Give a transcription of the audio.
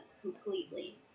completely